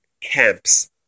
camps